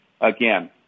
again